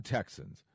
Texans